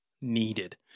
needed